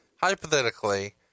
Hypothetically